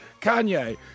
Kanye